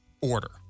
order